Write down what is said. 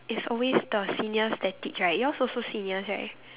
it's always the seniors that teach right yours also seniors right